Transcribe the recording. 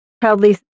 proudly